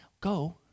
go